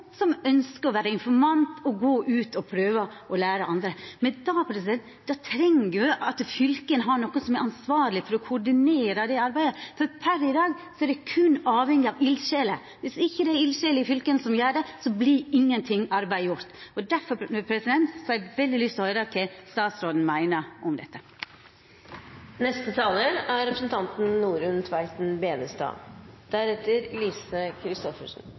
som ønskjer å vera informant og å gå ut og prøva å læra andre. Men då treng ein at fylka har nokon som er ansvarleg for å koordinera det arbeidet. Per i dag er dette avhengig av berre eldsjeler. Viss det ikkje er eldsjeler i fylka som gjer det, vert ikkje noko arbeid gjort. Difor har eg veldig lyst til å høyra kva statsråden meiner om dette. «Kloke hoder og flittige hender» er